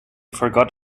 forgot